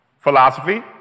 Philosophy